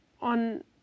on